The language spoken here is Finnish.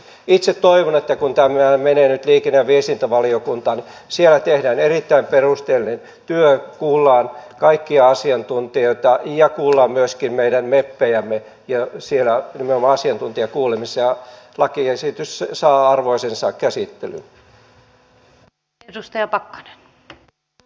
itse toivon että kun tämä menee nyt liikenne ja viestintävaliokuntaan siellä tehdään erittäin perusteellinen työ kuullaan kaikkia asiantuntijoita kuullaan myöskin meidän meppejämme nimenomaan siellä asiantuntijakuulemisissa ja lakiesitys saa arvoisensa käsittelyn